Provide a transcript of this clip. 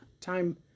time